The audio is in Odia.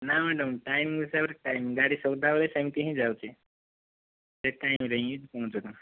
ନା ମ୍ୟାଡାମ ଟାଇମ ହିସାବରେ ଟାଇମ ଗାଡ଼ି ସଦାବେଳେ ସେମତି ହିଁ ଯାଉଛି ଠିକ ଟାଇମରେ ହିଁ ପହଞ୍ଚିବ